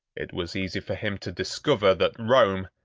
it was easy for him to discover that rome,